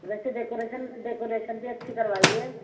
ویسے decoration decoration بھی اچھی کروائی ہے